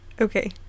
okay